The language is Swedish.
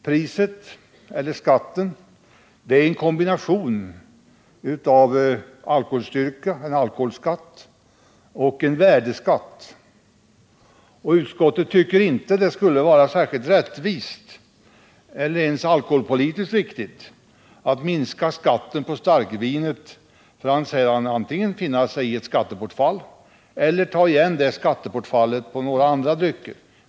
Priset eller skatten är en kombination av en skatt på grundval av alkoholstyrkan och en värdeskatt. Utskottet tycker inte att det skulle vara rättvist eller ens alkoholpolitiskt riktigt att minska skatten på starkvinet för att sedan antingen få finna sig i ett skattebortfall eller att ta igen detta på några andra drycker.